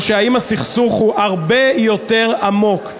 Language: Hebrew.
או שהסכסוך הוא הרבה יותר עמוק.